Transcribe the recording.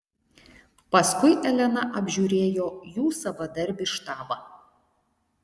paskui elena apžiūrėjo jų savadarbį štabą